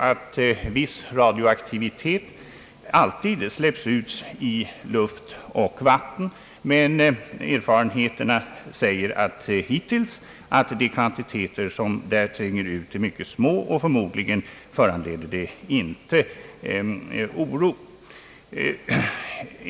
En viss radioaktivitet släpps alltid ut i luft och vatten, men erfarenheterna hittills har visat att de kvantiteter som tränger ut är mycket små och förmodligen inte behöver föranleda oro.